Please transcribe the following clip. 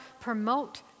promote